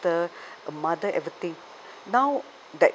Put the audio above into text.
sister a mother everything now that